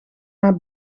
naar